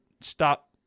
stop